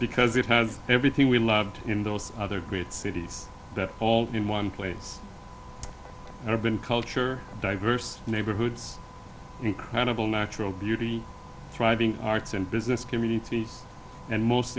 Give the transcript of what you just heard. because it has everything we loved in those other great cities all in one place and have been culture diverse neighborhoods incredible natural beauty thriving arts and business communities and most